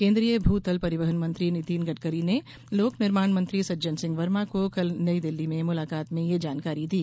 केन्द्रीय भू तल परिवहन मंत्री नितिन गडकरी ने लोक निर्माण मंत्री सज्जन सिंह वर्मा को कल नई दिल्ली में मुलाकात में ये जानकारी दी